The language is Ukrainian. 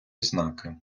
знаки